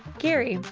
gary,